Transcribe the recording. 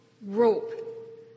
rope